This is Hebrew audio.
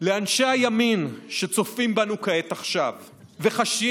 לאנשי הימין שצופים בנו כעת עכשיו וחשים